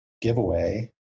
giveaway